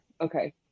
Okay